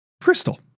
Crystal